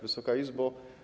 Wysoka Izbo!